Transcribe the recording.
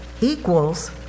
equals